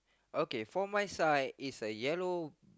okay for my side is a yellow